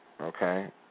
okay